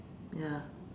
ya